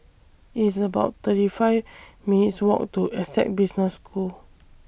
It's about thirty five minutes' Walk to Essec Business School